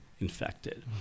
infected